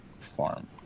farm